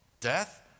death